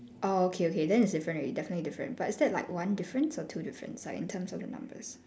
orh okay okay then it's different already definitely different but it's that like one difference or two difference like in terms of the numbers